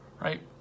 Right